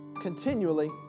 continually